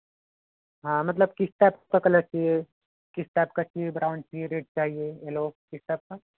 हाँ मतलब किस टाइप का कलर चाहिए किस टाइप का चाहिए ब्राउन चाहिए रेड चाहिए येल्लो किस टाइप का